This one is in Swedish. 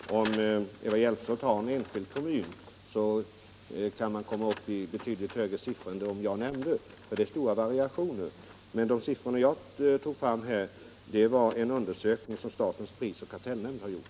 Herr talman! Om Eva Hjelmström tar en enskild kommun, kan hon hitta siffror som är betydligt högre än de jag nämnde, för det är stora variationer. De siffror jag anförde tog jag från en undersökning som statens prisoch kartellnämnd har gjort.